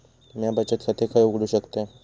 म्या बचत खाते खय उघडू शकतय?